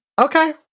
Okay